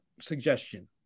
suggestion